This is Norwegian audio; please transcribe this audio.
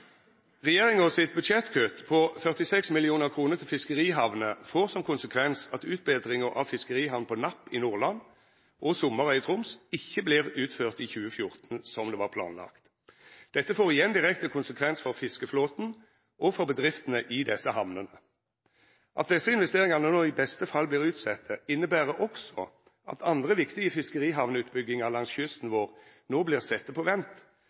Regjeringa sitt budsjettkutt på 46 mill. kr til fiskerihamner får som konsekvens at utbetringane av fiskerihamn på Napp i Nordland og Sommarøy i Troms ikkje vert utførte i 2014 som planlagt. Dette får igjen direkte konsekvens for fiskeflåten og for bedriftene i desse hamnene. At desse investeringane no i beste fall vert utsette, inneber også at andre viktige fiskerihamnutbyggingar langs kysten vår no vert sette på vent,